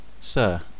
Sir